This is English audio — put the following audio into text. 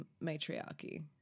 matriarchy